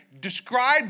describe